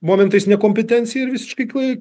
momentais nekompetencija ir visiškai klai